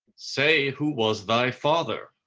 say who was thy father.